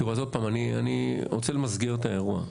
תיראו, אני רוצה למסגר את האירוע.